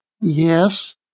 Yes